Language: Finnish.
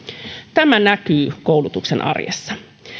tämä näkyy koulutuksen arjessa